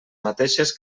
mateixes